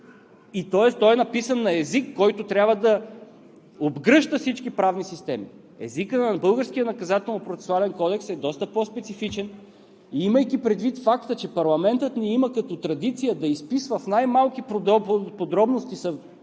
той е написан на език, който трябва да обгръща всички правни системи. Езикът на българския Наказателно-процесуален кодекс е доста по-специфичен и имайки предвид факта, че парламентът ни има като традиция да изписва в най-малки подробности